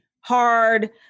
hard